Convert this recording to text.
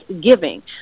giving